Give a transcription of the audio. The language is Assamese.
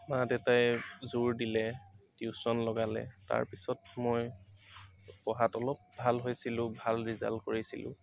মা দেউতাই জোৰ দিলে টিউশ্যন লগালে তাৰপিছত মই পঢ়াত অলপ ভাল হৈছিলো ভাল ৰিজাল্ট কৰিছিলো